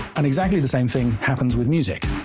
and exactly the same thing happens with music.